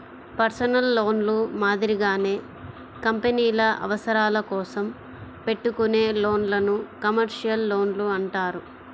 personal లోన్లు మాదిరిగానే కంపెనీల అవసరాల కోసం పెట్టుకునే లోన్లను కమర్షియల్ లోన్లు అంటారు